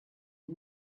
and